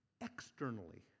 externally